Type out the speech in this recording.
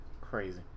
Crazy